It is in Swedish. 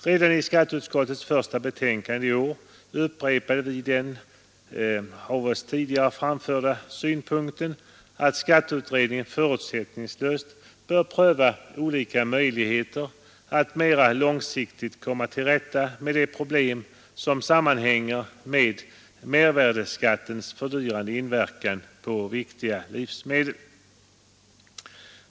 Redan i skatteutskottets första betänkande i år upprepade vi den av oss tidigare framförda synpunkten att skatteutredningen förutsättningslöst bör pröva olika möjligheter att mera långsiktigt komma till rätta med de problem som sammanhänger med mervärdeskattens fördyrande inverkan på viktiga livsmedel.